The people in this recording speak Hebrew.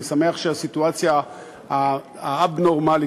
אני שמח שהסיטואציה האַבְּנורמלית,